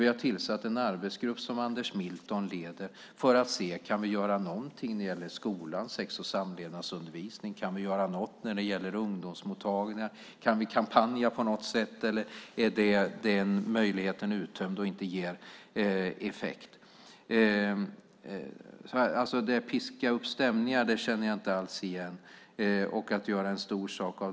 Vi har tillsatt en arbetsgrupp som Anders Milton leder för att se om vi kan göra något när det gäller skolans sex och samlevnadsundervisning. Kan vi göra någonting när det gäller ungdomsmottagningar? Kan vi kampanja på något sätt eller är den möjligheten uttömd och inte ger effekt? Att vi skulle piska upp stämningar känner jag inte alls igen.